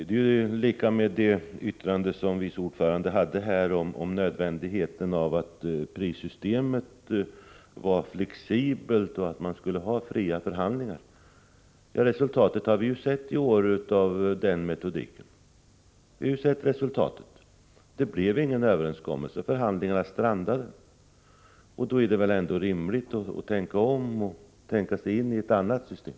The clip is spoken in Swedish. Det är likadant som med vice ordförandens yttrande om nödvändigheten av att prissystemet var flexibelt och att man skulle ha fria förhandlingar. Resultatet av den metodiken har vi sett i år: det blev ingen överenskommelse — förhandlingarna strandade. Då är det väl ändå rimligt att tänka om och se ifall det går att införa ett annat system.